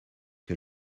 que